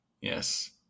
yes